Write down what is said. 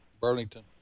Burlington